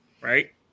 right